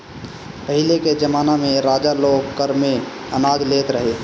पहिले के जमाना में राजा लोग कर में अनाज लेत रहे